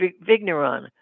Vigneron